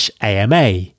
ama